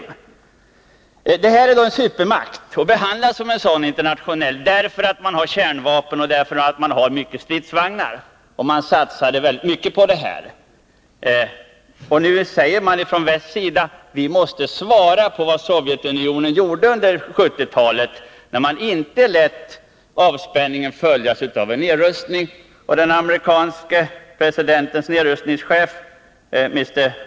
Sovjetunionen är en supermakt och behandlas som en sådan internationellt, därför att landet har kärnvapen och många stridsvagnar och har satsat väldigt mycket på sådant. Nu säger man från västs sida: Vi måste svara på vad Sovjetunionen gjorde under 1970-talet, när man inte lät avspänningen följas av en nedrustning. Jag hörde den amerikanske presidentens nedrustningschef Mr.